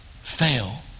fail